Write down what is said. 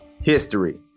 History